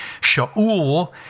Shaul